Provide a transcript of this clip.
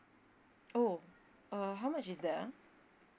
oh uh how much is that ah